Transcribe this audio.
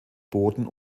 boden